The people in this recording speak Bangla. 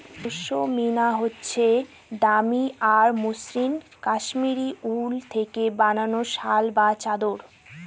পশমিনা হচ্ছে দামি আর মসৃণ কাশ্মীরি উল থেকে বানানো শাল বা চাদর